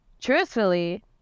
truthfully